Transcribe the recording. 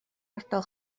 ardal